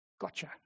Gotcha